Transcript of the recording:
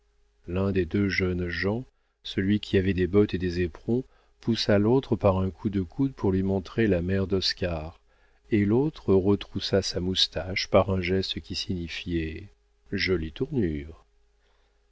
l'un des deux jeunes gens celui qui avait des bottes et des éperons poussa l'autre par un coup de coude pour lui montrer la mère d'oscar et l'autre retroussa sa moustache par un geste qui signifiait jolie tournure